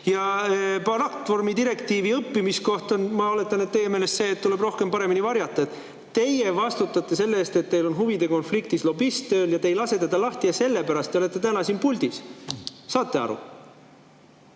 Platvormitöö direktiiviga seotud õppimiskoht on, ma oletan, teie meelest see, et tuleb paremini varjata. Teie vastutate selle eest, et teil on huvide konfliktiga lobist tööl, aga te ei lase teda lahti. Ja sellepärast te olete täna siin puldis. Saate aru?